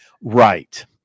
Right